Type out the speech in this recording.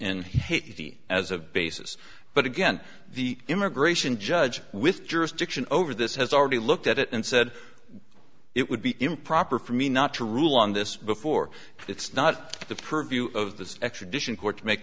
haiti as a basis but again the immigration judge with jurisdiction over this has already looked at it and said it would be improper for me not to rule on this before it's not the purview of the extradition court to make